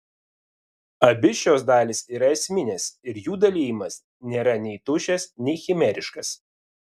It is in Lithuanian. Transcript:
abi šios dalys yra esminės ir jų dalijimas nėra nei tuščias nei chimeriškas